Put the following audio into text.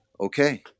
Okay